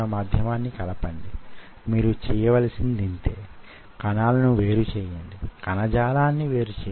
2 micron లు నుండి 10 micron ల లో ఎన్నైనా కావచ్చు